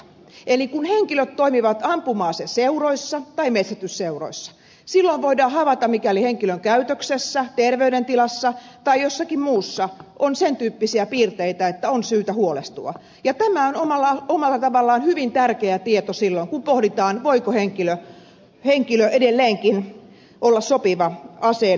eli kun henkilöt toimivat ampuma aseseuroissa tai metsästysseuroissa silloin voidaan havaita mikäli henkilön käytöksessä terveydentilassa tai jossakin muussa on sen tyyppisiä piirteitä että on syytä huolestua ja tämä on omalla tavallaan hyvin tärkeä tieto silloin kun pohditaan voiko henkilö edelleenkin olla sopiva aseen haltijaksi